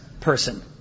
person